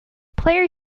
player